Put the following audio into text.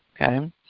Okay